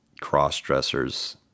cross-dressers